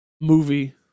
movie